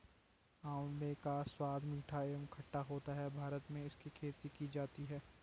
आंवले का स्वाद मीठा एवं खट्टा होता है भारत में इसकी खेती की जाती है